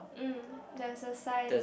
mm there's a sign